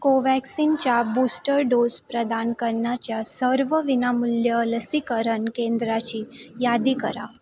कोवॅक्सिनच्या booster dose प्रदान करण्याच्या सर्व विनामूल्य लसीकरण केंद्राची यादी करा